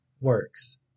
works